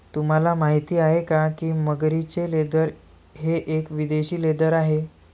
तुम्हाला माहिती आहे का की मगरीचे लेदर हे एक विदेशी लेदर आहे